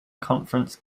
conference